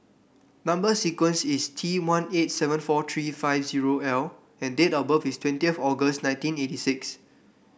number sequence is T one eight seven four three five zero L and date of birth is twentieth August nineteen eighty six